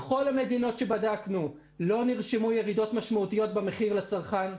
בכל המדינות שבדקנו לא נרשמו ירידות משמעותיות במחיר לצרכן.